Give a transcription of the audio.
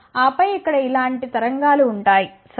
ఆపై ఇక్కడ ఇలాంటి తరంగాలు ఉంటాయి సరే